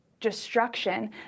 destruction